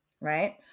right